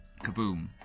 Kaboom